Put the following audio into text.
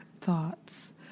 thoughts